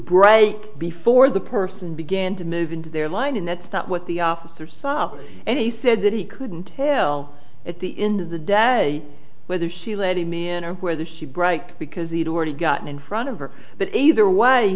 break before the person began to move into their line and that's not what the officer saw and he said that he couldn't tell at the end of the day whether she let him in or whether she brake because he'd already gotten in front of her but either w